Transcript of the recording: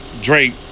Drake